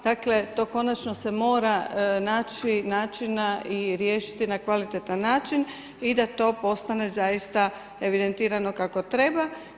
Dakle, to konačno se mora naći načina i riješiti na kvalitetan način i da to postane zaista evidentirano kako treba.